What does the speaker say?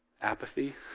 Apathy